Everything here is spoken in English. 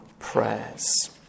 Prayers